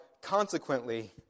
Consequently